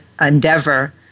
endeavor